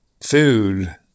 food